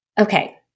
Okay